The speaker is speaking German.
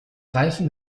reifen